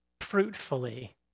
fruitfully